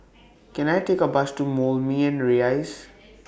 Can I Take A Bus to Moulmein Rise